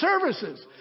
services